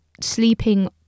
Sleeping